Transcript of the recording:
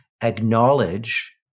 acknowledge